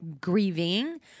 grieving